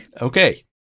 Okay